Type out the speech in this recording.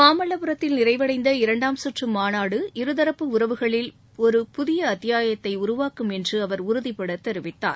மாமல்லபுரத்தில் நிறைவடைந்த இரண்டாம் சுற்று மாநாடு இருதரப்பு உறவுகளில் ஒரு புதிய அத்தியாயத்தை உருவாக்கும் என்று அவர் உறுதிபடத் தெரிவித்தார்